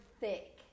thick